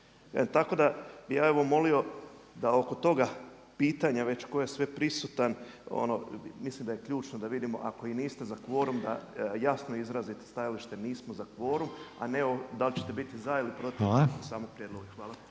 Tako da bi ja evo molio da oko toga pitanja već tko je sve prisutan, mislim da je ključno da vidimo ako i niste za kvorum da jasno izrazite stajalište nismo za kvorum, a ne dali ćete bi za ili protiv samog prijedloga zakona.